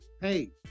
hey